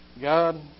God